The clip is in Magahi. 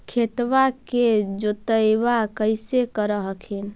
खेतबा के जोतय्बा कैसे कर हखिन?